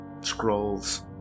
scrolls